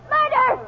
Murder